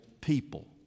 people